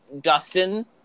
Dustin